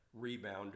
rebounder